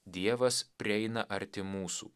dievas prieina arti mūsų